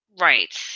right